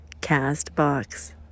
Castbox